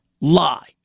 lie